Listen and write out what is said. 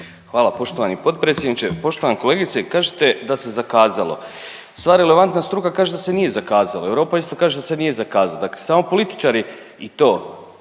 Hvala poštovani potpredsjedniče. Poštovana kolegice kažete da se zakazalo. Sva relevantna struka kaže da se nije zakazalo, Europa isto kaže da se nije zakazalo, dakle samo političari i to